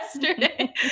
yesterday